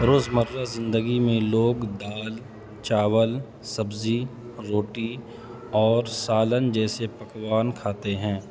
روز مرہ زندگی میں لوگ دال چاول سبزی روٹی اور سالن جیسے پکوان کھاتے ہیں